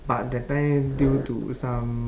but that time due to some